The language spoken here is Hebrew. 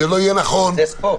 זה לא יהיה נכון, ובתחרות,